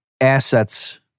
assets